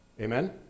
Amen